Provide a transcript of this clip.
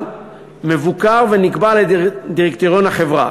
מבוקר ונקבע על-ידי דירקטוריון החברה,